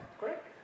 Correct